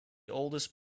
oldest